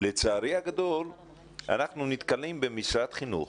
לצערי הגדול אנחנו נתקלים במשרד חינוך